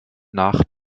nach